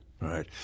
Right